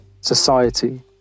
society